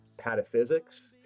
pataphysics